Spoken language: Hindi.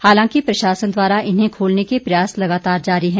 हालांकि प्रशासन द्वारा इन्हें खोलने के प्रयास लगातार जारी हैं